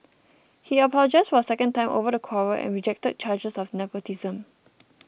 he apologised for a second time over the quarrel and rejected charges of nepotism